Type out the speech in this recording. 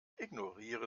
ignoriere